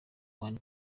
one